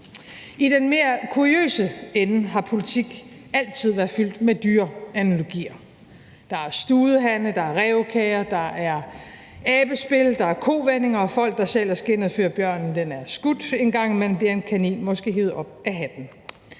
I den mere kuriøse ende har politik altid være fyldt med dyreanalogier: Der er studehandler, der er rævekager, der er abespil, der er kovendinger og folk, der sælger skindet, før bjørnen er skudt. En gang imellem bliver en kanin måske hevet op af hatten.